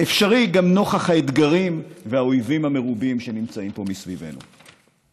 אפשרי גם נוכח האתגרים והאויבים המרובים שנמצאים פה מסביבנו.